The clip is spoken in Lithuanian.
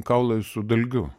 kaulai su dalgiu